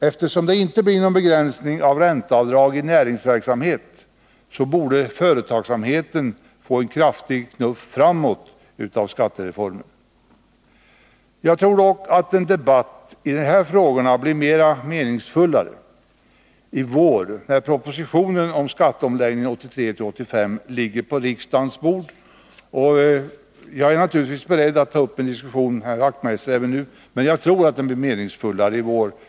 Eftersom det inte blir någon begränsning av ränteavdrag i näringsverksamhet, borde företagsamheten få en kraftig knuff framåt med denna skattereform. Jag tror att det blir mer meningsfullt att föra en debatt om de här frågorna till våren, när propositionen om skatteomläggningen 1983-1985 ligger på riksdagens bord. Jag är naturligtvis beredd att även nu ta upp en diskussion om detta med herr Wachtmeister efter hans inlägg. Men jag tror som sagt att en sådan blir meningsfullare till våren.